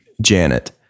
Janet